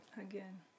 Again